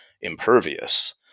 impervious